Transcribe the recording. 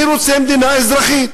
אני רוצה מדינה אזרחית,